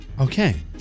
Okay